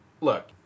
look